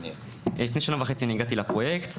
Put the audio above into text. לפני שנה וחצי הגעתי לפרויקט,